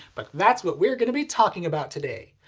but that's what we're gonna be talking about today!